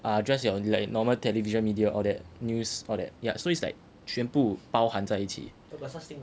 ah just your like normal television media all that news all yeah that so it's like 全部包含在一起